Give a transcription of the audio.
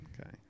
Okay